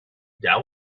that